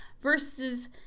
versus